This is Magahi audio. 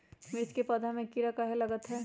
मिर्च के पौधा में किरा कहे लगतहै?